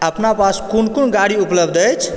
अपना पास कोन कोन गाड़ी उपलब्ध अछि